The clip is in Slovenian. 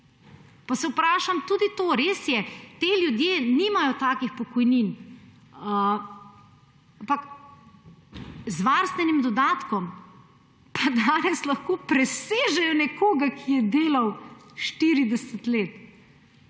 Pa se vprašam tudi to, res je, ti ljudje nimajo takih pokojnin, ampak z varstvenim dodatkom pa danes lahko presežejo nekoga, ki je delal 40 let.